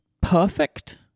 perfect